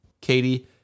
Katie